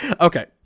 Okay